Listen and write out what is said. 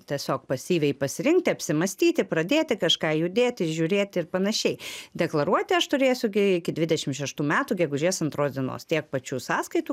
tiesiog pasyviai pasirinkti apsimąstyti pradėti kažką judėti žiūrėti ir panašiai deklaruoti aš turėsiu gi iki dvidešim šeštų metų gegužės antros dienos tiek pačių sąskaitų